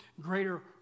greater